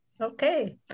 okay